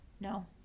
No